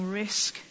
risk